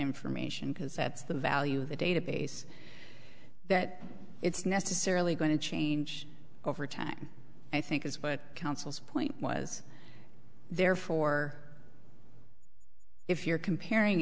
information because that's the value of the database that it's necessarily going to change over time i think is but councils point was therefore if you're comparing